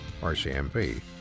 RCMP